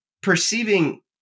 perceiving